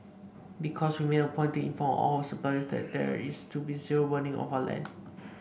because we've made a point to inform all our suppliers that there is to be zero burning of our land